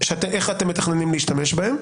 איך אתם מתכננים להשתמש בהן,